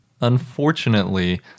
Unfortunately